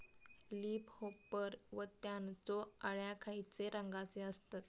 Leaf hopper व त्यानचो अळ्या खैचे रंगाचे असतत?